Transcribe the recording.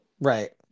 right